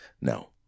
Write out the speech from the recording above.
no